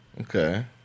Okay